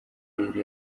yari